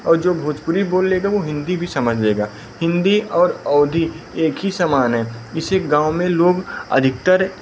और जो भोजपुरी बोल लेगा वह हिंदी भी समझ लेगा हिंदी और अवधी एक ही समान है इसे गाँव में लोग अधिकतर